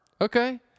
Okay